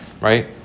right